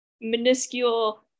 minuscule